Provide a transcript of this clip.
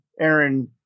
Aaron